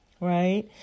right